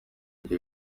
ibyo